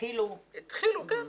התחילו --- התחילו, כן.